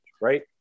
right